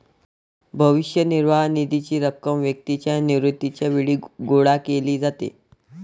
भविष्य निर्वाह निधीची रक्कम व्यक्तीच्या निवृत्तीच्या वेळी गोळा केली जाते